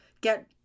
get